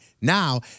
Now